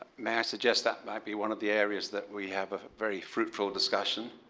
may i suggest that might be one of the areas that we have a very fruitful discussion,